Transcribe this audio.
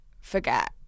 forget